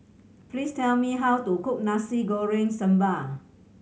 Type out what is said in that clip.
please tell me how to cook Nasi Goreng Sambal